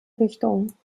richtung